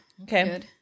okay